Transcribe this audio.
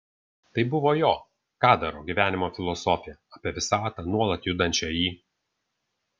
tai buvo jo kadaro gyvenimo filosofija apie visatą nuolat judančią į